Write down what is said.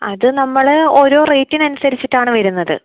അത് നമ്മൾ ഓരോ റേറ്റിന് അനുസരിച്ചിട്ടാണ് വരുന്നത്